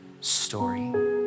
story